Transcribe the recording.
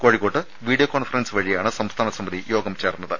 കോഴിക്കോട്ട് video conference വഴിയാണ് സംസ്ഥാന സമിതി യോഗം ചേർന്നത്